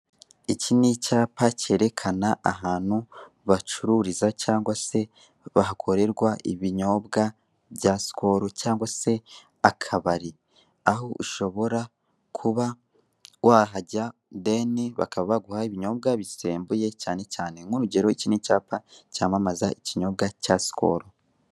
Iki ni icyapa cyerekana ahantu bacururiza cyangwa se hakorerwa ibinyobwa bya sikolo cyangwa se akabari, aho ushobora kuba rwahajya deni bakaba baguha ibinyobwa bisembuye cyane cyane nk'urugero iki ni icyapa cyamamaza ikinyobwa cya sikolo.